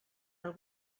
del